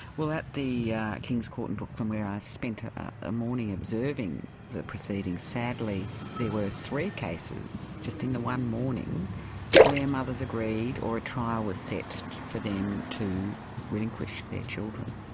well, at the yeah kings court in brooklyn where i have spent a ah morning observing the proceedings, sadly there were three cases just in the one morning where mothers agreed or a trial was set for them to relinquish their children.